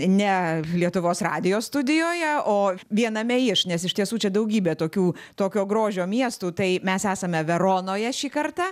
ne lietuvos radijo studijoje o viename iš nes iš tiesų čia daugybė tokių tokio grožio miestų tai mes esame veronoje šį kartą